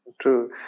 True